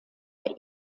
der